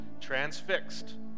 transfixed